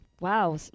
Wow